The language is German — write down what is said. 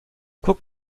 guck